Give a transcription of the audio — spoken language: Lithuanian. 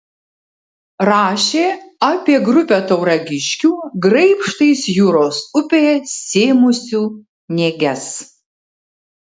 rašė apie grupę tauragiškių graibštais jūros upėje sėmusių nėges